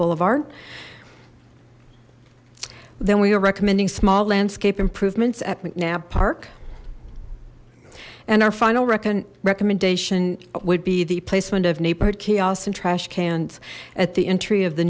boulevard then we are recommending small landscape improvements at mcnab park and our final reckon recommendation would be the placement of neighborhood chaos and trash cans at the entry of the